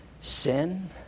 sin